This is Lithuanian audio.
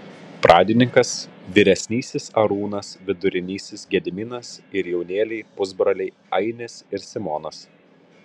pradininkas vyresnysis arūnas vidurinysis gediminas ir jaunėliai pusbroliai ainis ir simonas